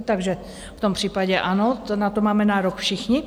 Takže v tom případě ano, na to máme nárok všichni.